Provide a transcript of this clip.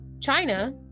China